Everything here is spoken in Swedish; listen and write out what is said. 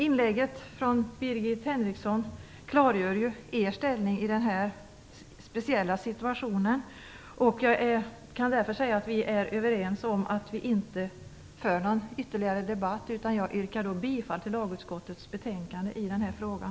Inlägget från Birgit Henriksson klargör ju partiets ståndpunkt i den här speciella situationen. Jag kan därför säga att vi är överens om att inte föra någon ytterligare debatt nu. Jag yrkar bifall till lagutskottets betänkande i den här frågan.